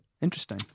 interesting